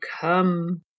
come